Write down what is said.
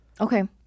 Okay